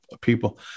people